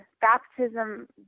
baptism